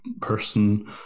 person